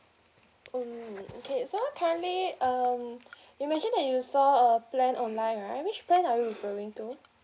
mmhmm okay so currently um you mentioned that you saw a plan online right which plan are you referring to